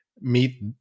meet